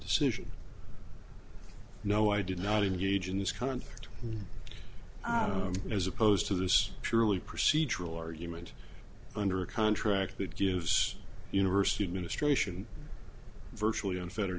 decision no i did not engage in this conflict as opposed to this purely procedural argument under a contract that gives university administration virtually unfetter